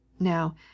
now